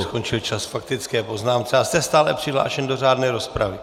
Skončil čas k faktické poznámce a jste stále přihlášen do řádné rozpravy.